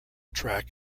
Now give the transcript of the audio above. track